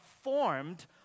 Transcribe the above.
formed